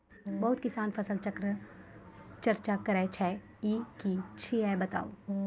बहुत किसान फसल चक्रक चर्चा करै छै ई की छियै बताऊ?